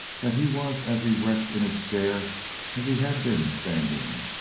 that he was as erect in his chair as he had been standing.